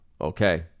okay